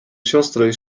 siostry